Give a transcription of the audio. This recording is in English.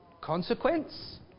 consequence